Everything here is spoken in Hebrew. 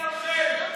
בגללכם.